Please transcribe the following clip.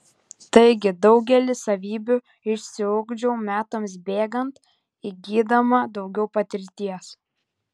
taigi daugelį savybių išsiugdžiau metams bėgant įgydama daugiau patirties